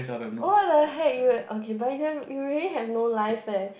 oh what the heck you oh wait okay but you have you really have no life eh